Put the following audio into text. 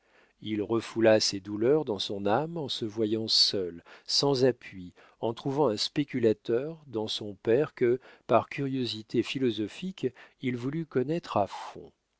il refoula ses douleurs dans son âme en se voyant seul sans appui en trouvant un spéculateur dans son père que par curiosité philosophique il voulut connaître à fond